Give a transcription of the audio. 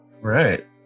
Right